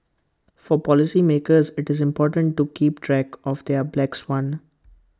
for policymakers IT is important to keep track of their black swan